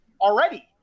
already